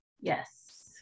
Yes